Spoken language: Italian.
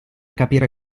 capire